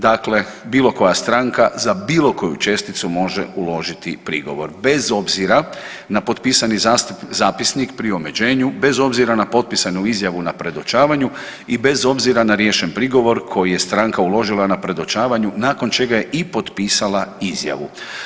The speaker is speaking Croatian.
Dakle, bilo koja stranka za bilo koju česticu može uložiti prigovor bez obzira na potpisani zapisnik pri omeđenju bez obzira na potpisanu izjavu na predočavanju i bez obzira na riješen prigovor koji je stranka uložila na predočavanju nakon čega je i potpisala izjavu.